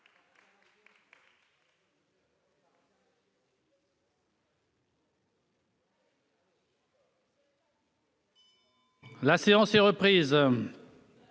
La séance est reprise.